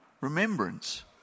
remembrance